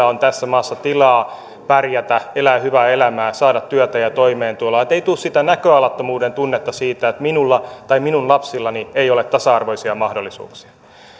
on tässä maassa tilaa pärjätä elää hyvää elämää saada työtä ja toimeentuloa ettei tule sitä näköalattomuuden tunnetta siitä että minulla tai minun lapsillani ei ole tasa arvoisia mahdollisuuksia